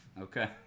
Okay